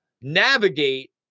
navigate